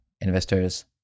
investors